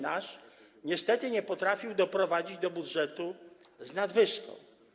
Nasz niestety nie potrafił doprowadzić do budżetu z nadwyżką.